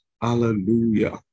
Hallelujah